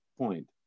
point